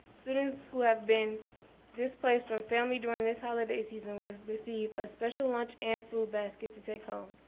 students who have been displaced from family during this holiday season will receive a special lunch and food basket to take home.